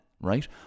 Right